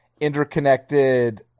interconnected